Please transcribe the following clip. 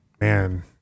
man